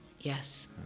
Yes